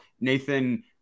Nathan